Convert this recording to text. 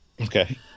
okay